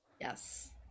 Yes